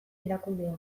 erakundea